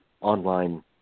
online